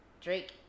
Drake